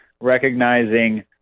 recognizing